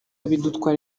bidutwara